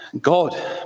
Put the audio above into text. God